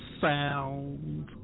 Sound